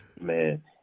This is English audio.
Man